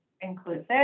inclusive